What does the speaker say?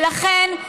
ולכן,